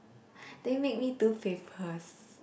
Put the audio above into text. they make me do papers